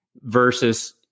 versus